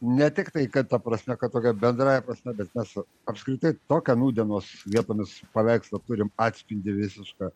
ne tik tai kad ta prasme kad tokia bendrąja prasme bet mes apskritai tokią nūdienos vietomis paveikslą turime atspindi visišką